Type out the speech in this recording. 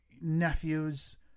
nephews